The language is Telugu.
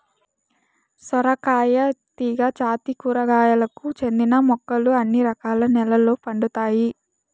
సొరకాయ తీగ జాతి కూరగాయలకు చెందిన మొక్కలు అన్ని రకాల నెలల్లో పండుతాయి